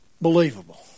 believable